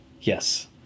Yes